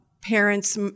parents